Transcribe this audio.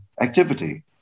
activity